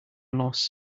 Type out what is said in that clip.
loss